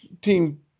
Team